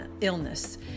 illness